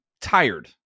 tired